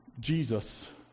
Jesus